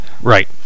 Right